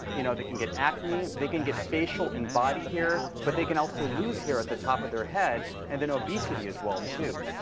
you know, they can get acne. they can get facial and body hair. but they can also lose hair at the top of their head, and then obesity as well, too.